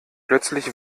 plötzlich